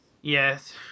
Yes